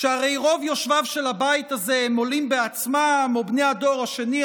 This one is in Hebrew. שהרי רוב יושביו של הבית הזה הם עולים בעצמם או בני הדור השני,